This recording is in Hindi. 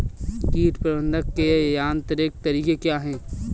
कीट प्रबंधक के यांत्रिक तरीके क्या हैं?